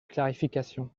clarification